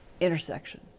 intersection